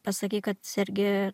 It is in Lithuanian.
pasakai kad sergi